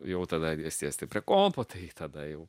jau tada sėsti prie kompotai tada jau